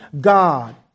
God